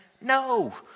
No